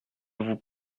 vous